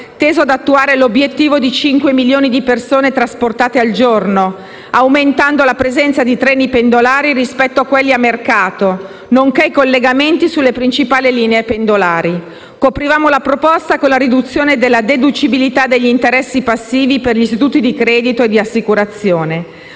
teso ad attuare l'obiettivo di cinque milioni di persone trasportate al giorno, aumentando la presenza di treni pendolari rispetto a quelli a mercato nonché i collegamenti sulle principali linee pendolari. Coprivamo la proposta con la riduzione della deducibilità degli interessi passivi per gli istituti di credito e di assicurazione.